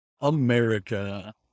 america